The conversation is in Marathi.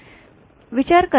विचार करा एक शॉर्ट लाइन